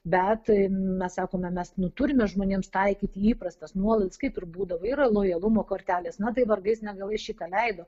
bet mes sakome mes nu turime žmonėms taikyti įprastas nuolaidas kaip ir būdavo yra lojalumo kortelės na tai vargais negalais šitą leido